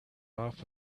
off